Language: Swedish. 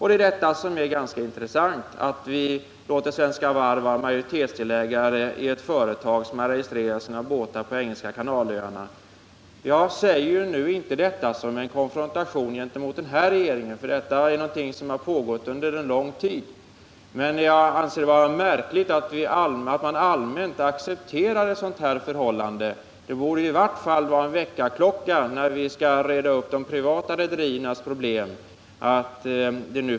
Det intressanta är alltså att vi låter Svenska Varv vara majoritetsdelägare i ett företag som har registrerat sina båtar på de engelska Kanalöarna. Jag säger inte detta som en konfrontation gentemot den här regeringen; detta är någonting som har pågått under en lång tid. Men jag anser det märkligt att man allmänt accepterar ett sådant förhållande. Det borde i varje fall vara en väckarklocka när vi skall reda upp de privata rederiernas problem.